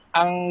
ang